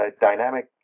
dynamic